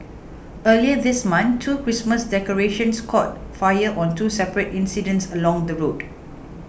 earlier this month two Christmas decorations caught fire on two separate incidents along the road